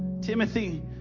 Timothy